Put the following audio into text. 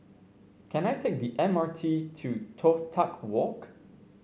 can I take the M R T to Toh Tuck Walk